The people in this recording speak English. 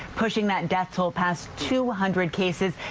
pushing that death toll past two hundred cases,